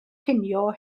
cinio